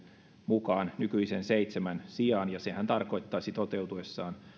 mukaan nykyisen seitsemän sijaan ja sehän tarkoittaisi toteutuessaan